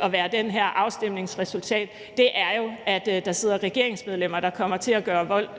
at være den her afstemnings resultat, er, at der sidder regeringsmedlemmer, der kommer til at gøre vold